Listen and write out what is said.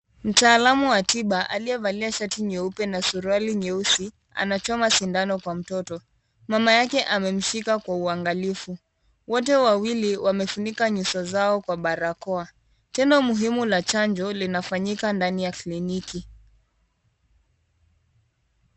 Mtaalamu wa tiba aliyevalia shati nyeupe na suruali nyeusi anachoma sindano kwa mtoto. Mama yake amemshika kwa uangalifu, wote wawili wamefunika nyuso zao kwa barakoa. Tendo muhimu la chanjo linafanyika ndani ya kliniki.